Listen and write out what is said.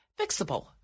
Fixable